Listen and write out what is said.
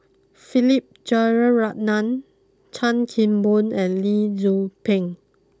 Philip Jeyaretnam Chan Kim Boon and Lee Tzu Pheng